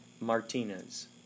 Martinez